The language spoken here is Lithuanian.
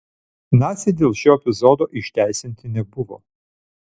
naciai dėl šio epizodo išteisinti nebuvo